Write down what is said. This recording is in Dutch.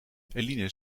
eline